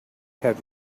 have